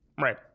Right